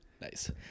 nice